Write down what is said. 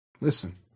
listen